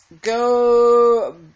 Go